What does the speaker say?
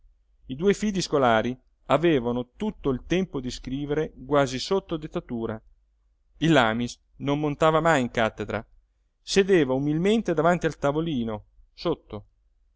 i due fidi scolari avevano tutto il tempo di scrivere quasi sotto dettatura il lamis non montava mai in cattedra sedeva umilmente davanti al tavolino sotto